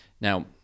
Now